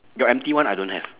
your empty one I don't have